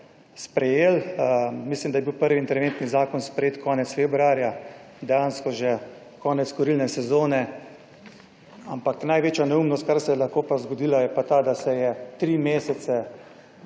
sprejeli. Mislim, da je bil prvi interventni zakon sprejet konec februarja dejansko že konec kurilne sezone, ampak največja neumnost, kar se je lahko zgodila je pa ta, da se je tri mesece